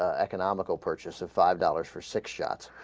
economical purchase of five dollars for six shots